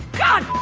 god!